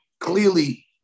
clearly